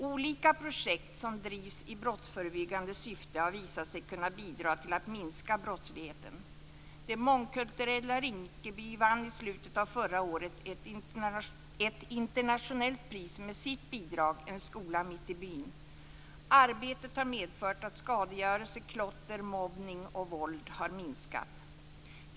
Olika projekt som drivs i brottsförebyggande syfte har visat sig kunna bidra till att minska brottsligheten. Det mångkulturella Rinkeby vann i slutet av förra året ett internationellt pris för sitt bidrag En skola mitt i byn. Arbetet har medfört att skadegörelse, klotter, mobbning och våld har minskat.